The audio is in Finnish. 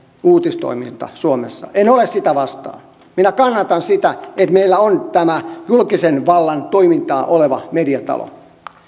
uutistoiminta suomessa en ole sitä vastaan minä kannatan sitä että meillä on tämä julkisen vallan toiminnan mediatalo